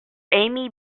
amy